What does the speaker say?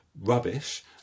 rubbish